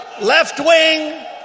Left-wing